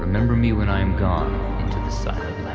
remember me when i am gone into the silent